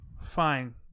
fine